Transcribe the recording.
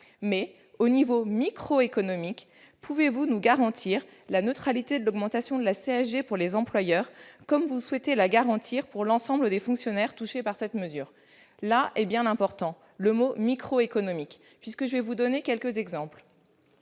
Mais au niveau microéconomique, pouvez-vous nous garantir la neutralité de l'augmentation de la CSG pour les employeurs, comme vous souhaitez la garantir pour l'ensemble des fonctionnaires touchés par cette mesure ?» Le mot « microéconomique » est ici essentiel. Je vais vous donner quelques exemples.